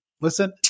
listen